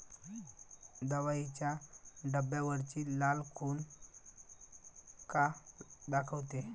दवाईच्या डब्यावरची लाल खून का दाखवते?